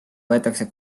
võetakse